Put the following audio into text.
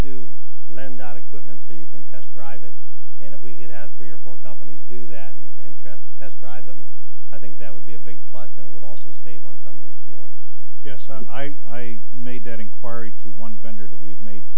do lend out equipment so you can test drive it and if we had had three or four companies do that and contrast test drive them i think that would be a big plus and would also save on some of the flooring yes and i made that inquiry to one vendor that we've made